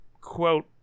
quote